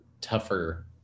tougher